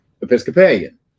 Episcopalian